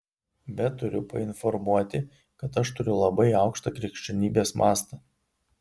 bet turiu painformuoti kad aš turiu labai aukštą krikščionybės mastą